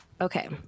Okay